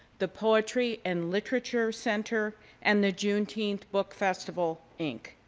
the poetry and literature center and the juneteenth book festival inc.